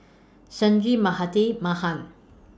Sanjeev Mahatma Mahan